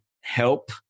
help